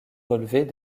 relevés